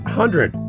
hundred